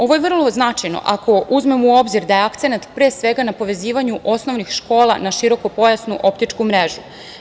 Ovo je vrlo značajno ako uzmemo u obzir da je akcenat pre svega na povezivanju osnovnih škola na širokopojasnu optičku mrežu.